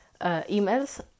emails